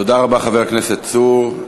תודה רבה, חבר הכנסת צור.